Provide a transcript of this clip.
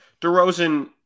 DeRozan